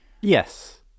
yes